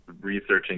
researching